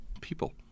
People